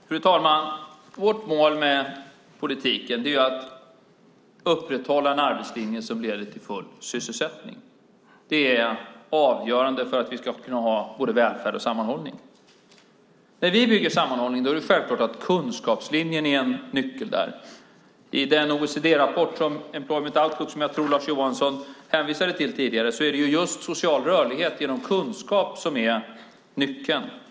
Fru talman! Vårt mål med politiken är att upprätthålla en arbetslinje som leder till full sysselsättning. Det är avgörande för att vi ska kunna ha både välfärd och sammanhållning. När vi bygger sammanhållning är det självklart att kunskapslinjen är en nyckel. I OECD-rapporten Employment Outlook, som jag tror att Lars Johansson hänvisade till tidigare, är det just social rörlighet genom kunskap som är nyckeln.